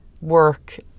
work